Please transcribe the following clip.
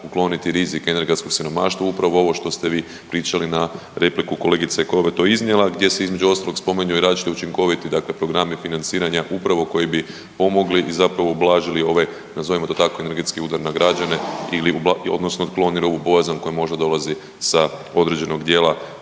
ukloniti rizik energetskog siromaštva, upravo ovo što ste vi pričali na repliku kolegice koja je to iznijela, gdje se između ostalog, spominju i različiti učinkoviti dakle programi financiranja upravo koji bi pomogli i zapravo ublažili ove, nazovimo to tako energetski udar na građane, odnosno otklonili ovu bojazan koja možda dolazi sa određenog dijela